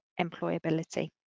employability